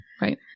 Right